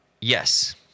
Yes